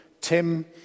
Tim